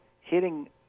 hitting –